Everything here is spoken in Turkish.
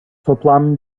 toplam